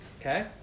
Okay